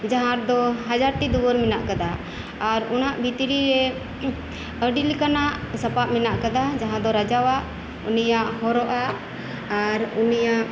ᱡᱟᱦᱟᱸ ᱫᱚ ᱦᱟᱡᱟᱨᱴᱤ ᱫᱩᱣᱟᱹᱨ ᱢᱮᱱᱟᱜ ᱟᱠᱟᱫᱟ ᱟᱨ ᱚᱱᱟ ᱵᱷᱤᱛᱨᱤ ᱨᱮ ᱟᱹᱰᱤ ᱞᱮᱠᱟᱱᱟᱜ ᱥᱟᱯᱟᱵ ᱢᱮᱱᱟᱜ ᱟᱠᱟᱫᱟ ᱡᱟᱦᱟᱸ ᱫᱚ ᱨᱟᱡᱟᱣᱟᱜ ᱩᱱᱤᱭᱟᱜ ᱦᱚᱨᱚᱜ ᱟᱜ ᱟᱨ ᱩᱱᱤᱭᱟᱜ